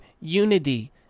unity